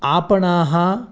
आपणानि